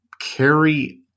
carry